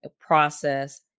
process